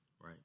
Right